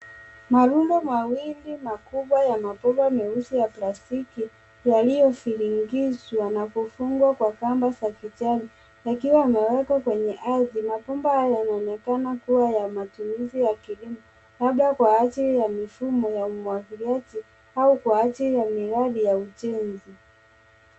Marundo mawili makubwa ya mabomba meupe ya plastiki yaliyobingirishwa na kufungwa kwa kamba za kijani yakiwa yamewekwa kwenye ardhi. Mabomba hayo yanaonekana kuwa ya matumizi ya kilimo, labda kwa ajili ya mifumo ya umwagiliaji au kwa ajili ya miradi ya ujenzi.